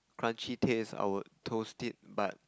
crunchy taste I will toast it but